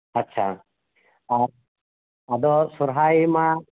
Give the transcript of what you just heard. ᱟᱪᱪᱷᱟ ᱟᱨ ᱟᱫᱚ ᱥᱚᱦᱚᱨᱟᱭᱢᱟ